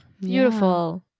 Beautiful